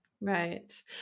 Right